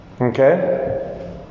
Okay